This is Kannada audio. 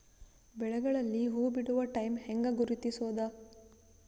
ಬೆಳೆಗಳಲ್ಲಿ ಹೂಬಿಡುವ ಟೈಮ್ ಹೆಂಗ ಗುರುತಿಸೋದ?